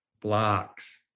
blocks